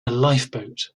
lifeboat